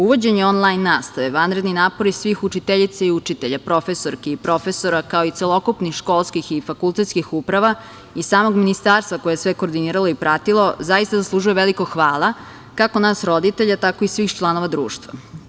Uvođenje on-lajn nastave, vanredni napori svih učiteljica i učitelja, profesorki i profesora, kao i celokupnih školskih i fakultetskih uprava i samog Ministarstva, koje je sve koordiniralo i pratilo, zaista zaslužuju veliko hvala, kako nas roditelja, tako i svih članova društva.